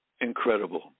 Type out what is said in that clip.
incredible